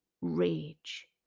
rage